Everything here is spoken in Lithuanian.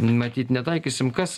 matyt netaikysim kas